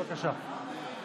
תודה רבה,